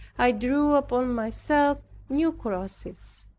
i drew upon myself new crosses.